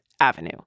Avenue